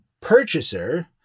purchaser